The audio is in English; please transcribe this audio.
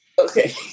okay